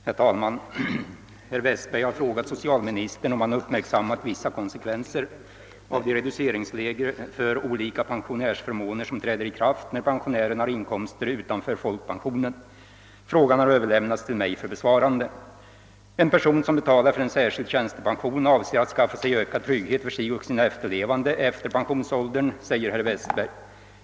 Herr talman! Herr Westberg har frågat socialministern, om han uppmärksammat vissa konsekvenser av de reduktionsregler för olika pensionärsförmåner som träder i kraft, när pensionären har inkomster utanför folkpensionen. Frågan har överlämnats till mig för besvarande. En person som betalar för en särskild tjänstepension avser att skaffa sig ökad trygghet för sig och sina efterlevande efter pensionsåldern, säger herr Westberg.